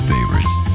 Favorites